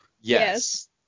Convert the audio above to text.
Yes